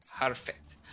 perfect